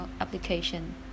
application